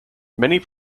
many